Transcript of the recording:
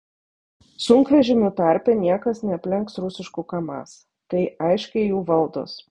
sunkvežimių tarpe niekas neaplenks rusiškų kamaz tai aiškiai jų valdos